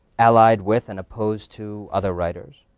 allied with and opposed to other writers.